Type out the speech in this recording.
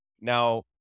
Now